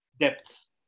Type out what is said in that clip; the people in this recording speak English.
Depths